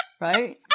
right